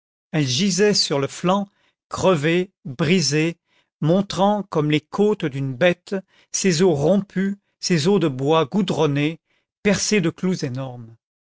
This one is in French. gisait sur le flanc crevée brisée montrant comme les côtes d'une bête ses os rompus ses os de bois goudronné percés de clous énormes